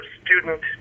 student